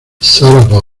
sarah